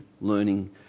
learning